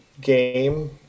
game